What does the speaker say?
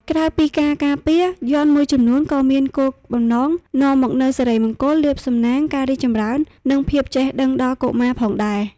ក្រៅពីការការពារ យ័ន្តមួយចំនួនក៏មានគោលបំណងនាំមកនូវសិរីមង្គល លាភសំណាង ការរីកចម្រើន និងភាពចេះដឹងដល់កុមារផងដែរ។